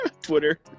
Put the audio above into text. Twitter